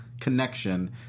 connection